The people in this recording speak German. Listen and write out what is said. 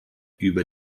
über